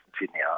Sydney